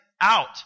out